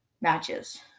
matches